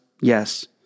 Yes